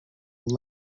will